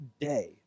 day